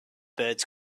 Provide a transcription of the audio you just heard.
birds